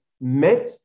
met